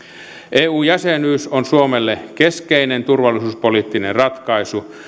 eu jäsenyys on suomelle keskeinen turvallisuuspoliittinen ratkaisu